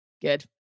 good